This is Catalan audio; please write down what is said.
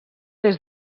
des